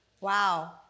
Wow